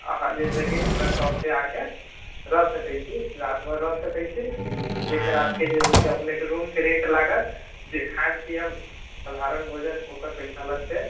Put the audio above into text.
अहाँ जे छै कि हमरा शॉपपर आकऽ रहि सकै छी रात भर रहि सकै छी एक रातके जे अपनेके रूमके रेन्ट लागत जे खाइम पिएम साधारण भोजन ओकर पइसा लगतै